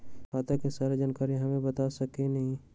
खाता के सारा जानकारी हमे बता सकेनी?